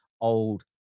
old